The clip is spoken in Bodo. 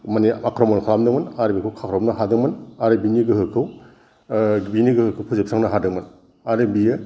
माने आक्रमन खालामदोंमोन आरो बेखौ खाख्रबनो हादोंमोन आरो बिनि गोहोखौ बिनि गोहोखौ फोजोबस्रांनो हादोंमोन आरो बियो